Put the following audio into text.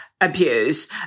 Abuse